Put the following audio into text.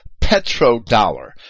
petrodollar